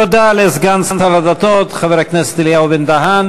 תודה לסגן שר הדתות חבר הכנסת אלי בן-דהן.